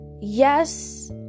yes